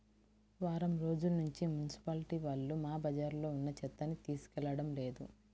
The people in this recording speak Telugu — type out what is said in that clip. వారం రోజుల్నుంచి మున్సిపాలిటీ వాళ్ళు మా బజార్లో ఉన్న చెత్తని తీసుకెళ్లడం లేదు